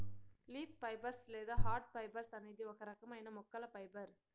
leaf fibres లేదా hard fibres అనేది ఒక రకమైన మొక్కల ఫైబర్